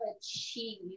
achieve